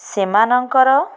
ସେମାନଙ୍କର